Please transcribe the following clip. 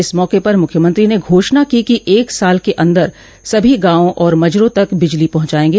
इस मौके पर मुख्यमंत्री ने घोषणा की कि एक साल के अन्दर सभी गांवों और मजरों तक बिजली पहुंचायेंगे